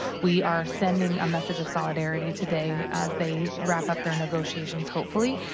we are sending a message of solidarity today as they wrap up their negotiations, hopefully,